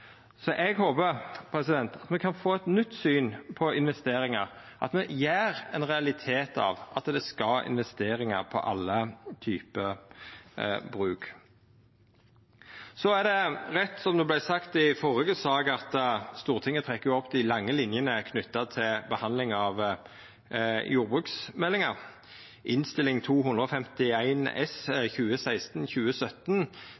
Eg håpar at me kan få eit nytt syn på investeringar, at me gjer ein realitet av at det skal vera investeringar på alle typar bruk. Så er det rett som det vart sagt i førre sak, at Stortinget trekkjer opp dei lange linjene knytte til behandling av jordbruksmeldinga.